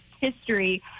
history